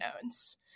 unknowns